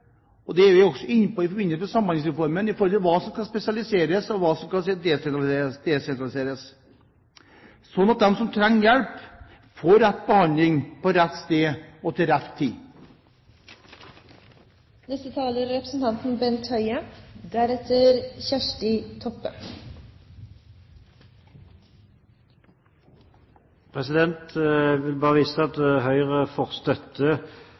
Det er man også inne på i forbindelse med Samhandlingsreformen, hva som skal spesialiseres og hva som skal desentraliseres, slik at de som trenger hjelp, får rett behandling på rett sted og til rett tid. Jeg vil vise til at Høyre støtter forslag nr. 1, om å sikre at ruspasienter får